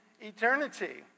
eternity